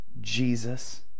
Jesus